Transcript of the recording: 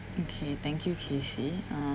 okay thank you kacey um